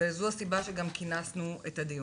וזו הסיבה שגם כינסנו את הדיון.